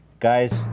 Guys